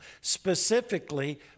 specifically